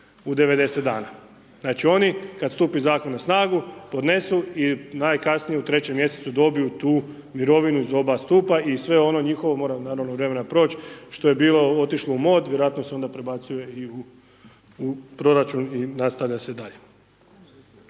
od 90 dana. Znači oni, kad stupi zakon na snagu, podnesu i najkasnije u 3. mj. dobiju tu mirovinu iz oba stupa i sve ono njihovo, mora naravno vremena proć što je bilo, otišlo u mod, vjerojatno ste onda prebacuje i u proračun i nastavlja se dalje.